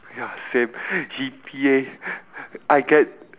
ya same G_P_A I get